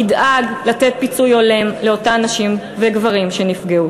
הוא ידאג לתת פיצוי הולם לאותם נשים וגברים שנפגעו.